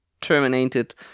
terminated